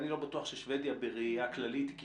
אני לא בטוח ששוודיה בראייה הכללית היא כישלון,